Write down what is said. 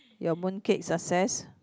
your mooncake success